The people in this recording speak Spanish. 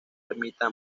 ermita